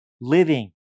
living